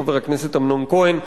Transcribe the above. חבר הכנסת אמנון כהן,